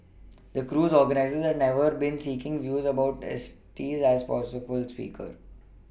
the cruise organisers had never been seeking views about Estes as a possible speaker